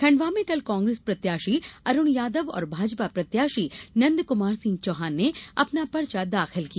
खण्डवा में कल कांग्रेस प्रत्याशी अरुण यादव और भाजपा प्रत्याशी नंदकुमार सिंह चौहान ने अपना पर्चा दाखिल किया